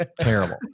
terrible